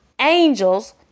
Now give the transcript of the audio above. angels